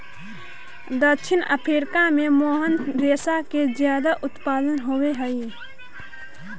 दक्षिण अफ्रीका में मोहरी रेशा के ज्यादा उत्पादन होवऽ हई